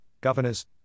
governors